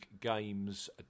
games